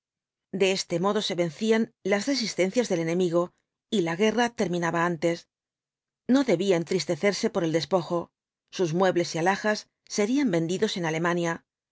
de este modo se vencían las resistencias del enemigo y la guerra terminaba antes no debía entristecerse por el despojo sus muebles y alhajas serían vendidos en alemania